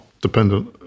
dependent